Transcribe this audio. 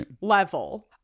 level